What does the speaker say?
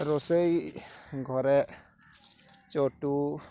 ରୋଷେଇ ଘରେ ଚଟୁ